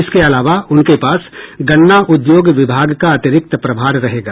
इसके अलावा उनके पास गन्ना उद्योग विभाग का अतिरिक्त प्रभार रहेगा